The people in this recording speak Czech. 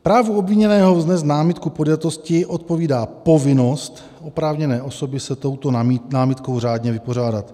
Právu obviněného vznést námitku podjatosti odpovídá povinnost oprávněné osoby se touto námitkou řádně vypořádat.